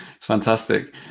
Fantastic